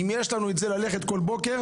אם יש לנו את זה ללכת כל בוקר,